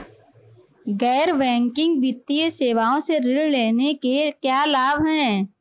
गैर बैंकिंग वित्तीय सेवाओं से ऋण लेने के क्या लाभ हैं?